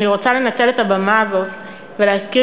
אני רוצה לנצל את הבמה הזאת ולהזכיר